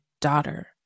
daughter